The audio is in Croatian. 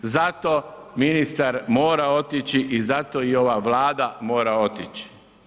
Zato ministar mora otići i zato i ova Vlada mora otići.